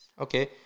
Okay